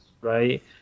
right